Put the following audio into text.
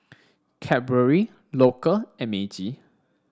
Cadbury Loacker and Meiji